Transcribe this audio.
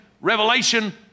Revelation